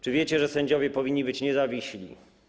Czy wiecie, że sędziowie powinni być niezawiśli?